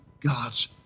God's